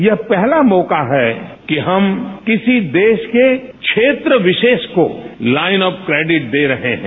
यह पहला मौका है कि हम किसी देश के क्षेत्र विशेष को लाइन ऑफ क्रेडिट दे रहे हैं